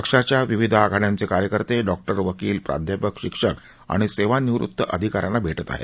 पक्षाच्या विविध आघाड्यांचे कार्यकर्ते डॉक्टर वकील प्राध्यापक शिक्षक आणि सेवानिवृत्त अधिका यांना भेटत आहेत